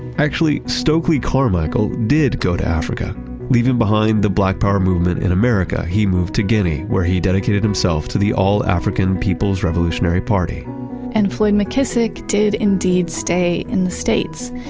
actually, stokely carmichael did go to africa leaving behind the black power movement in america. he moved to guinea where he dedicated himself to the all-african people's revolutionary party and floyd mckissick did indeed stay in the states.